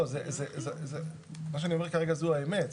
לא, מה שאני אומר כרגע זו האמת.